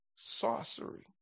Sorcery